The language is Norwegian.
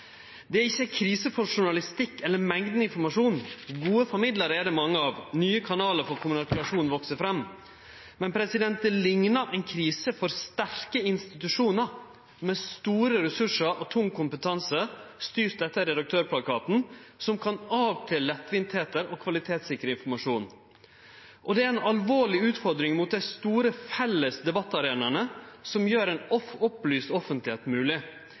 Det er ikkje krise for journalistikken eller mengda informasjon. Gode formidlarar er det mange av, nye kanalar for kommunikasjon veks fram, men det liknar ei krise for sterke institusjonar med store ressursar og tung kompetanse, styrte etter redaktørplakaten, som kan avkle lettvintheiter og kvalitetssikre informasjon. Det er ei alvorleg utfordring for dei store felles debattarenaene som gjer ei opplyst offentlegheit